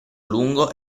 lungo